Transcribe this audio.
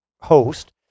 host